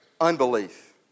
unbelief